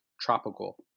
tropical